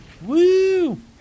Woo